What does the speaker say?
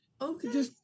Okay